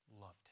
loved